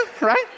right